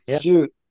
Shoot